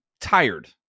tired